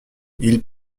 ils